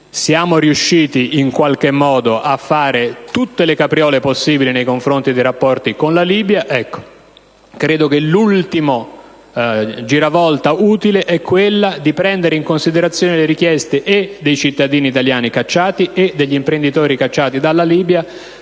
Siamo riusciti, in qualche modo, a fare tutte le capriole possibili nei rapporti con la Libia. Ebbene, l'ultima giravolta utile è quella di prendere in considerazione le richieste sia dei cittadini italiani che degli imprenditori cacciati dalla Libia,